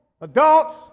adults